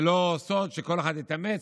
זה לא סוד שכל אחד התאמץ,